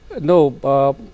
No